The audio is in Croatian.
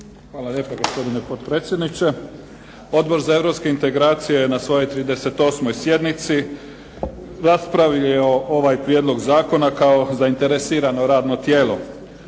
Hvala lijepa, gospodine potpredsjedniče. Odbor za europske integracije je na svojoj 38. sjednici raspravljao ovaj prijedlog zakona kao zainteresirano radno tijelo.